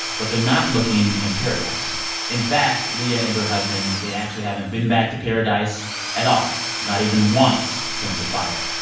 but they're not looking in paradise. in fact, leah and her husband they actually haven't been back to paradise at all not even once since the fire.